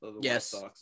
Yes